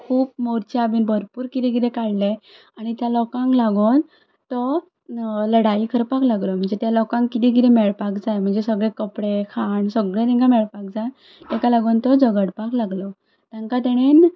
खूब मोर्चा बी भरपूर किदें किदें काडलें आनी त्या लोकांक लागून तो लडाई करपाक लागलो म्हणजे त्या लोकांक किदें किदें मेळपाक जाय म्हणजे सगळे कपडे खाण सगळें तिंकां मेळपाक जाय तेका लागोन तो झगडपाक लागलो तांकां तेणेन